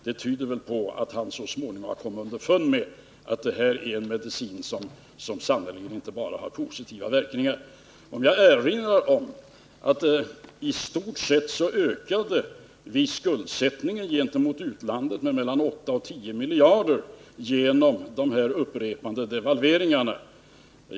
Det tyder väl på att han så småningom har kommit underfund med att detta är en medicin som sannerligen inte bara har positiva verkningar. Jag erinrar om att vi i stort sett ökade skuldsättningen gentemot utlandet med mellan 8 och 10 miljarder genom de här upprepade devalveringarna.